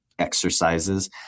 Exercises